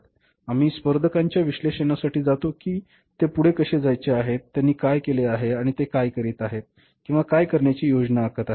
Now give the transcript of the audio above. आम्ही स्पर्धकांच्या विश्लेषणासाठी जातो की ते पुढे कसे जायचे आहेत त्यांनी काय केले आहे आणि ते काय करीत आहेत किंवा काय करण्याची योजना आखत आहेत